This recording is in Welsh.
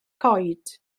coed